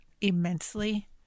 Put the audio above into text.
immensely